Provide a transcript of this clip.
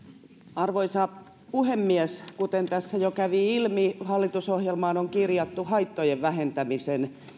arvoisa puhemies kuten tässä jo kävi ilmi hallitusohjelmaan on kirjattu haittojen vähentämisen